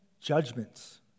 judgments